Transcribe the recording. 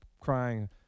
crying